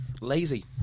Lazy